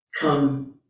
come